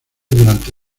durante